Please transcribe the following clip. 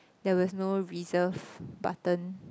there was no reserve button